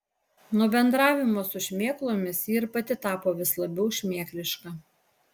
nuo bendravimo su šmėklomis ji ir pati tapo vis labiau šmėkliška